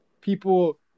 people